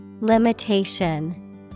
Limitation